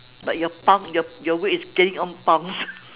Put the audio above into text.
but your pound your your weight is gaining on pounds